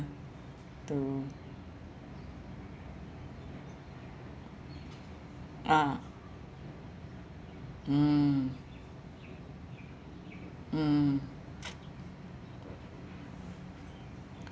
to ah mm mm